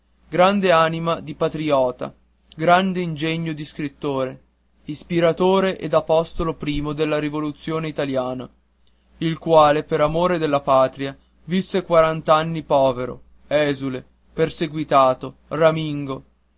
grande anima di patriotta grande ingegno di scrittore ispiratore ed apostolo primo della rivoluzione italiana il quale per amore della patria visse quarant'anni povero esule perseguitato ramingo